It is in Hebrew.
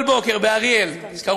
אבל, אתה יודע, צריך לשמור על הצניעות.